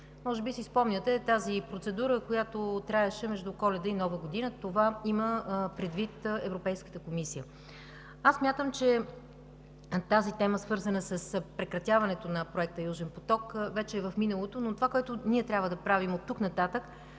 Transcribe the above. Може би си спомняте процедурата, която траеше между Коледа и Нова година. Това има предвид Европейската комисия. Смятам, че темата, свързана с прекратяването на Проекта „Южен поток“, вече е в миналото, но това, което ние трябва да правим оттук нататък,